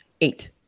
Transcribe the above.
eight